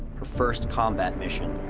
her first combat mission.